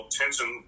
tension